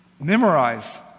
Memorize